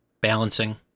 balancing